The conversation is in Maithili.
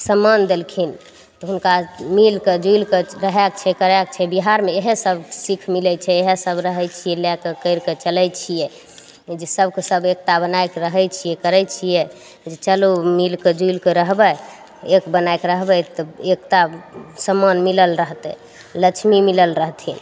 सम्मान देलखिन तऽ हुनका मिलिके जुलिके रहयके छै करयके छै बिहारमे इएह सब सीख मिलय छै इएह सब रहय छियै लए के करिके चलय छियै जे सबके सब एकता बना कऽ रहय छियै करय छियै जे चलू मिलिके जुलिके रहबय एक बना कऽ रहबय एकता सम्मान मिलल रहतय लक्ष्मी मिलल रहथिन